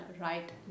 right